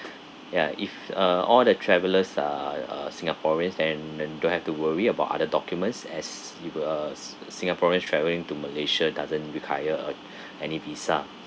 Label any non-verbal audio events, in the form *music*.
ya if uh all the travelers are uh singaporeans and don't have to worry about other documents as we were sin~ singaporeans travelling to malaysia doesn't require *breath* any visa